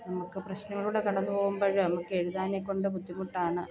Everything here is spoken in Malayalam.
നമുക്ക് പ്രശ്നങ്ങളിലൂടെ കടന്ന് പോകുമ്പോൾ നമുക്ക് എഴുതാനേകൊണ്ട് ബുദ്ധിമുട്ടാണ്